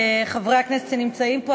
חברי הכנסת שנמצאים פה,